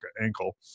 ankle